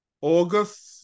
August